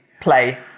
play